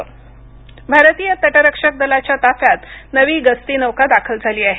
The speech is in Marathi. गस्ती नौका भारतीय तटरक्षक दलाच्या ताफ्यात नवी गस्ती नौका दाखल झाली आहे